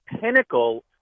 pinnacle